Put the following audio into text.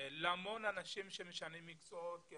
למצב שהרבה אנשים משנים מקצועות כי